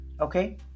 Okay